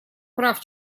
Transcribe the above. прав